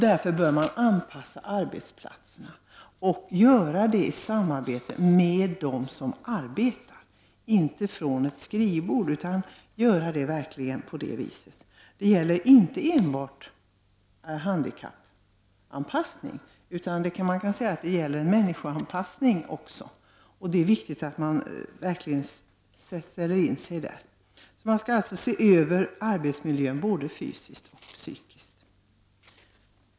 Därför bör arbetsplatserna anpassas, och det skall ske i samarbete med dem som arbetar, inte från ett skrivbord. Det gäller inte enbart en handikappanpassning, utan också en ”människoanpassning”. Arbetsmiljön skall alltså ses över både fysiskt och psykiskt.